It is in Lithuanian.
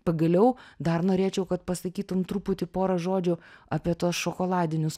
pagaliau dar norėčiau kad pasakytum truputį porą žodžių apie tuos šokoladinius